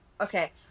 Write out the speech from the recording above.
Okay